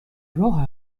راه